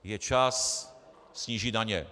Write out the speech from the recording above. Je čas snížit daně.